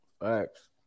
Facts